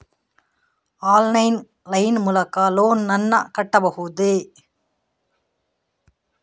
Online line ಮೂಲಕ loan ನನ್ನ ಕಟ್ಟಬಹುದೇ?